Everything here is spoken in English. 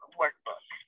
workbook